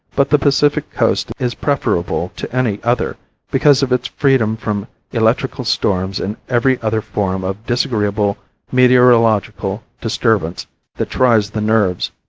but the pacific coast is preferable to any other because of its freedom from electrical storms and every other form of disagreeable meteorological disturbance that tries the nerves.